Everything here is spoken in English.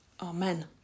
Amen